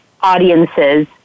audiences